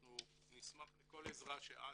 אנחנו נשמח לכל עזרה שאת,